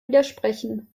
widersprechen